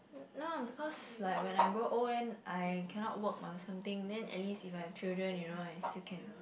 not because like when I grow old then I cannot work mah something then at least if I have children you know I still can